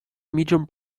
medium